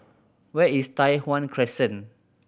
where is Tai Hwan Crescent